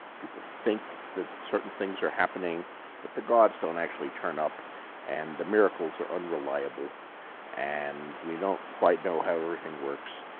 people think that certain things are happenings but the gods don't actually turn up and miracles are unreliable and we don't quite know how everything works.